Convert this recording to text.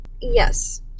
yes